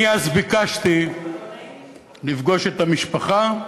אני אז ביקשתי לפגוש את המשפחה.